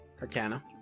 arcana